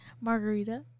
margarita